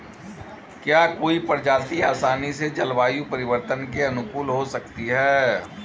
क्या कोई प्रजाति आसानी से जलवायु परिवर्तन के अनुकूल हो सकती है?